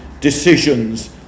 Decisions